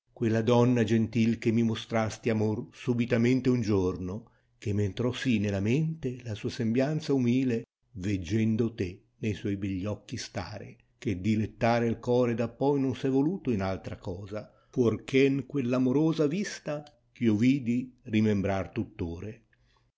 quella donna gentile che mi mostrasti amor subitamente un giorno che m entrò si nella mente la sua sembianza umile teggendo te ne suoi begli occhi stare che dilettare il core dappoi non s è voluto in altra cosa fuorché n quella amorosa tista eh io tidi rimembrar tutt